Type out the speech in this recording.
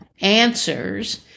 answers